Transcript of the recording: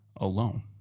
alone